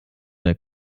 der